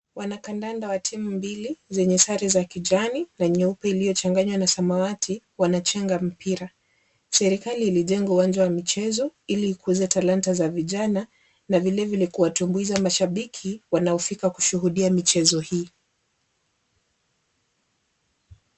Wanakandanda wa timu mbili zenye sare za kijani na nyeupe iliyochanganywa na samawati wanachenga mpira. Serekali ilijenga uwanja wa michezo ili ikuze talanta za vijana na vilevile kuwatumbuiza mashabiki wanaofika kushuhudia mchezo hii.